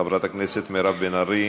חברת הכנסת מירב בן ארי,